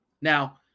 Now